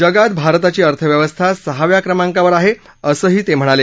जगात भारताची अर्थव्यवस्था सहाव्या क्रमांकावर आहे असंही ते म्हणाले